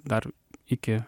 dar iki